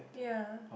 yeah